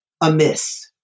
amiss